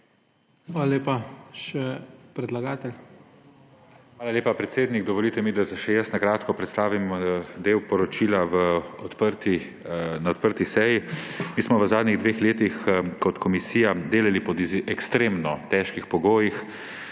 Hvala lepa. Še predlagatelj. MATJAŽ NEMEC (PS SD): Hvala lepa, predsednik. Dovolite mi, da še jaz na kratko predstavim del poročila na odprti seji. Mi smo v zadnjih dveh letih kot komisija delali v ekstremno težkih pogojih,